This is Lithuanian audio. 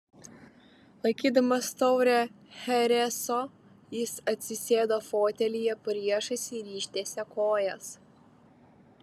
laikydamas taurę chereso jis atsisėdo fotelyje priešais ir ištiesė kojas